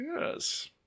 yes